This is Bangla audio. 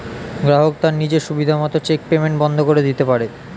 গ্রাহক তার নিজের সুবিধা মত চেক পেইমেন্ট বন্ধ করে দিতে পারে